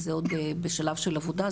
זה בשלב של עבודה,